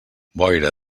boira